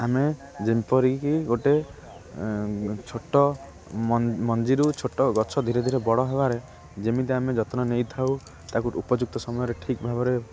ଆମେ ଯେପରିକି ଗୋଟେ ଛୋଟ ମଞ୍ଜିରୁ ଛୋଟ ଗଛ ଧୀରେ ଧୀରେ ବଡ଼ ହେବାରେ ଯେମିତି ଆମେ ଯତ୍ନ ନେଇଥାଉ ତାକୁ ଉପଯୁକ୍ତ ସମୟରେ ଠିକ୍ ଭାବରେ